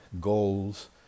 goals